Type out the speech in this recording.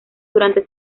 durante